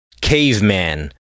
Caveman